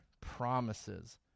promises